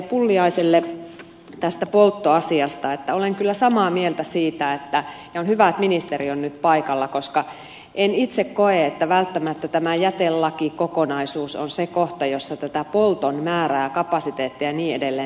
pulliaiselle tästä polttoasiasta että olen kyllä samaa mieltä siitä ja on hyvä että ministeri on nyt paikalla koska en itse koe että välttämättä tämä jätelakikokonaisuus on se kohta jossa tätä polton määrää kapasiteettia ja niin edelleen